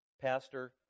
pastor